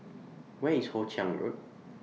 Where IS Hoe Chiang Road